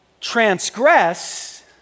transgress